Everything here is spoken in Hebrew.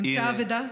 נמצאה האבדה?